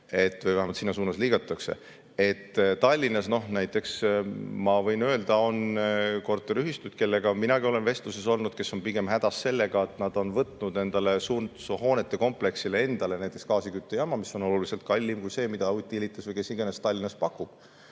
või vähemalt sinna suunas liigutakse. Tallinnas näiteks, ma võin öelda, on korteriühistuid, kellega minagi olen vestluses olnud, kes on pigem hädas sellega, et nad on võtnud oma hoonetekompleksile näiteks gaasiküttejaama, mis on oluliselt kallim kui see, mida Utilitas või kes iganes Tallinnas pakub.